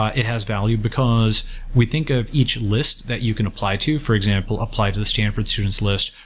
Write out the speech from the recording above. ah it has value because we think of each list that you can apply to. for example, apply to the stanford students' list,